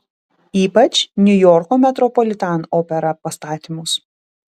ypač niujorko metropolitan opera pastatymus